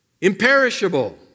imperishable